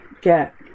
get